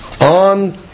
on